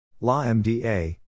LaMDA